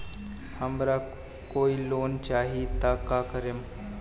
हमरा कोई लोन चाही त का करेम?